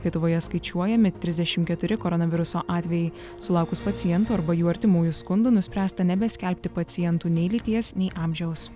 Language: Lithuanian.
lietuvoje skaičiuojami trisdešim keturi koronaviruso atvejai sulaukus pacientų arba jų artimųjų skundų nuspręsta nebeskelbti pacientų nei lyties nei amžiaus